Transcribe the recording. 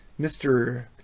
Mr